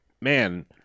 man